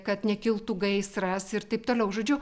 kad nekiltų gaisras ir taip toliau žodžiu